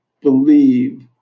believe